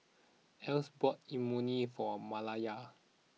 Elsie bought Imoni for Malaya